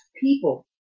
People